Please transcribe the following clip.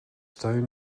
stone